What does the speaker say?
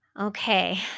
Okay